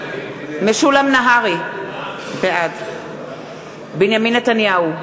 בעד בנימין נתניהו,